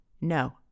No